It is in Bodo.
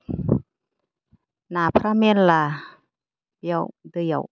नाफ्रा मेरला बैयाव दैयाव